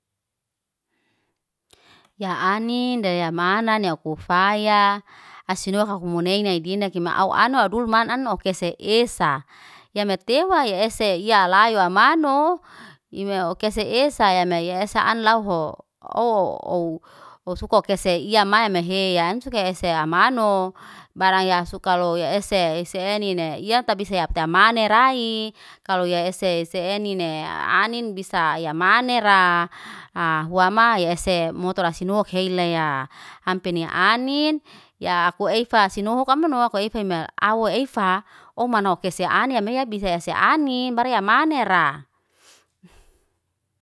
Ya anin dayamana neni ukufaya, asinuhak kumuneina ay dindak kima auw anon adul man ano ekese esa. Ya metewa ese, la layo a amano, ime okese esa yame ya esa ano lau ho. Ow suka kese iyamaya meheyan sukyaa ese amano. Barang ya suka low ya ese. Ese ene ne, ya tabisa yap tamane rai. Kalo ya ese ese eni ne anin bisa ya manera. hua ma ya ese motora sinohok se leya, ampe nia anin, ya aku eifa sinohok kaman, aku eifa ime aw efaa omano kese aine meyea bisa ese ani, baraya anera